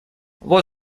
вот